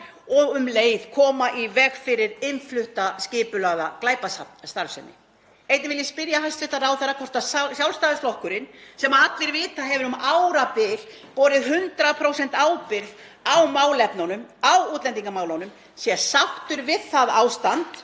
og um leið koma í veg fyrir innflutta skipulagða glæpastarfsemi. Einnig vil ég spyrja hæstv. ráðherra hvort Sjálfstæðisflokkurinn, sem allir vita að hefur um árabil borið 100% ábyrgð á málefnunum, á útlendingamálunum, sé sáttur við það ástand